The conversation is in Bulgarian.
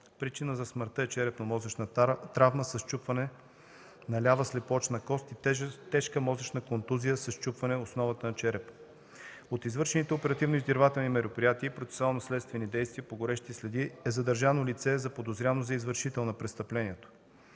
Причина за смъртта е черепно-мозъчна травма със счупване на лява слепоочна кост и тежка мозъчна контузия със счупване основата на черепа. От извършените издирвателни мероприятия и процесуално-следствени действия по горещи следи е задържано лице, заподозряно за извършител на престъплението.